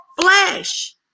flesh